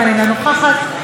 אינה נוכחת,